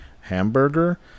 hamburger